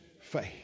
faith